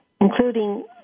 including